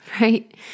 right